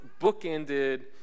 bookended